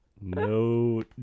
no